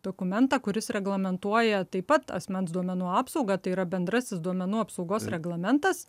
dokumentą kuris reglamentuoja taip pat asmens duomenų apsaugą tai yra bendrasis duomenų apsaugos reglamentas